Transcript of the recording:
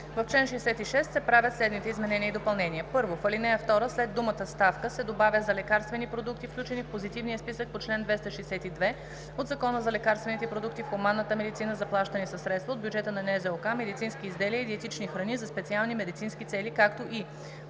В чл. 66 се правят следните изменения и допълнения: 1. В ал. 2 след думата „ставка“ се добавя „за лекарствени продукти, включени в Позитивния списък по чл. 262 от Закона за лекарствените продукти в хуманната медицина, заплащани със средства от бюджета на НЗОК, медицински изделия и диетични храни за специални медицински цели, както и“.